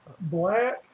Black